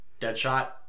Deadshot